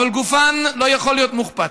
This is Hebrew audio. אבל גופן לא יכול להיות מוחפץ.